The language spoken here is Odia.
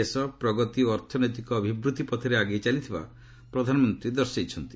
ଦେଶ ପ୍ରଗତି ଓ ଅର୍ଥନୈତିକ ଅଭିବୃଦ୍ଧି ପଥରେ ଆଗେଇ ଚାଲିଥିବା ପ୍ରଧାନମନ୍ତ୍ରୀ ଦର୍ଶାଇଛନ୍ତି